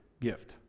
gift